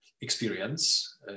experience